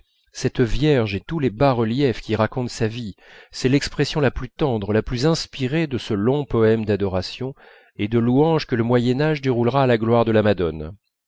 cette vierge et tous les bas-reliefs qui racontent sa vie c'est l'expression la plus tendre la plus inspirée de ce long poème d'adoration et de louanges que le moyen âge déroulera à la gloire de la madone